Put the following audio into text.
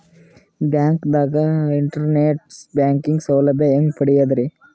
ಬ್ಯಾಂಕ್ದಾಗ internet banking ಸೌಲಭ್ಯ ಹೆಂಗ್ ಪಡಿಯದ್ರಿ?